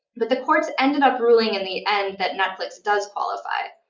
but the courts ended up ruling in the end that netflix does qualify.